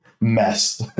mess